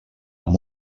amb